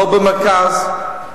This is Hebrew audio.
לא במרכז.